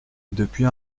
depuis